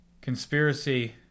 conspiracy